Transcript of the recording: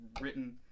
written